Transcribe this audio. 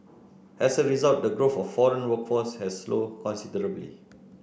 as a result the growth of foreign workforce has slowed considerably